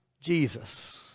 Jesus